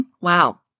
Wow